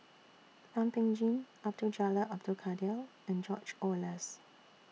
Thum Ping Tjin Abdul Jalil Abdul Kadir and George Oehlers